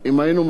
היום,